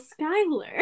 Skyler